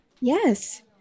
Yes